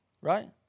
right